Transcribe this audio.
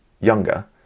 younger